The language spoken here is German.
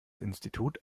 institut